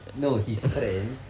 no his friend